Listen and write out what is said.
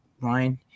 line